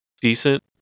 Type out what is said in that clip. decent